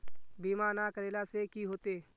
बीमा ना करेला से की होते?